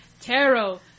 Tarot